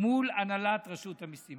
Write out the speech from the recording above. מול הנהלת רשות המיסים.